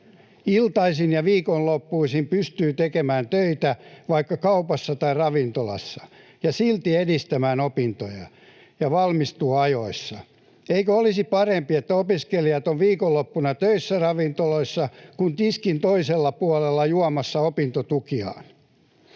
Iltaisin ja viikonloppuisin pystyy tekemään töitä vaikka kaupassa tai ravintolassa, ja silti pystyy edistämään opintoja ja valmistumaan ajoissa. Eikö olisi parempi, että opiskelijat ovat viikonloppuna töissä ravintoloissa kuin tiskin toisella puolella juomassa opintotukiaan?